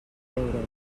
euros